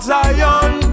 Zion